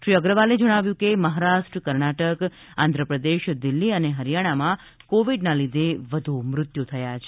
શ્રી અગ્રવાલે જણાવ્યું હતું કે મહારાષ્ટ્ર કર્ણાટક આંધ્રપ્રદેશ દિલ્હી અને હરીયાણામાં કોવીડના લીધે વધુ મૃત્યુ થયા છે